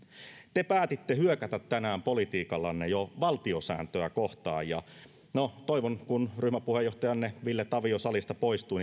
te päätitte hyökätä tänään politiikallanne jo valtiosääntöä kohtaan ja toivon että kun ryhmäpuheenjohtajanne ville tavio salista poistui